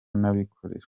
n’abikorera